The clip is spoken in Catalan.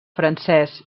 francès